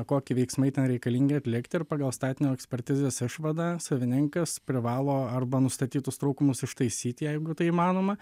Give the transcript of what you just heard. koki veiksmai ten reikalingi atlikti ir pagal statinio ekspertizės išvadą savininkas privalo arba nustatytus trūkumus ištaisyti jeigu tai įmanoma